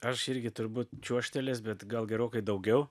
aš irgi turbūt čiuožtelėjęs bet gal gerokai daugiau